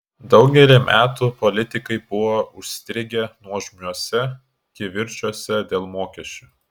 daugelį metų politikai buvo užstrigę nuožmiuose kivirčuose dėl mokesčių